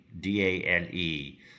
D-A-N-E